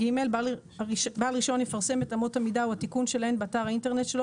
בעל רישיון יפרסם את אמות המידה או התיקון שלהן באתר האינטרנט שלו